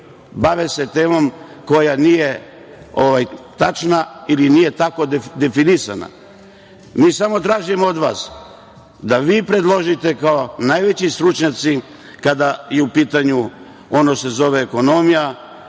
bave se temom koja nije tačna ili nije tako definisana. Samo tražimo od vas da vi predložite kao najveći stručnjaci kada je u pitanju, ono se zove ekonomija,